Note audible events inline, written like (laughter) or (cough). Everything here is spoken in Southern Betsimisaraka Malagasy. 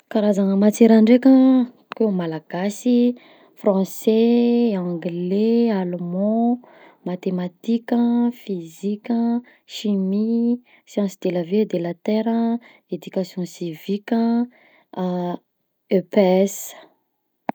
Karazagna matiera ndraika: akeo malagasy, francais, anglais, allemand, mathematika an, fizika, chimie, sciences de la vie et de la terre an, education civique an, (hesitation) EPS.